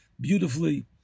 beautifully